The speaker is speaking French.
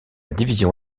division